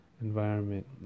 environment